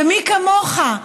ומי כמוך,